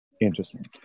interesting